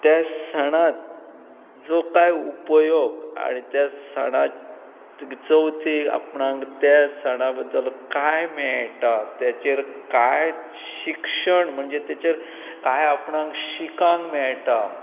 त्या सणांत जो कांय उपयोग आनी त्या सणाक चवथक आपणाक त्या सणा बद्दल कांय मेळटा तेचेर कांय शिक्षण म्हणजे तेचेर कांय आपणाक शिकांक मेळटा